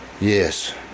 Yes